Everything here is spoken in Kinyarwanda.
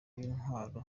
ntwaro